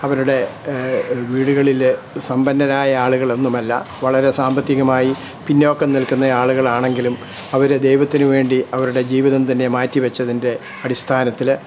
അവരുടെ വീടുകളിൽ സമ്പന്നരായ ആളുകളൊന്നുമല്ല വളരെ സാമ്പത്തികമായി പിന്നോക്കം നിൽക്കുന്ന ആളുകളാണെങ്കിലും അവർ ദൈവത്തിനുവേണ്ടി അവരുടെ ജീവിതം തന്നെ മാറ്റിവെച്ചതിൻ്റെ അടിസ്ഥാനത്തിൽ